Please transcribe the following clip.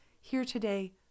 here-today